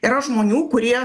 yra žmonių kurie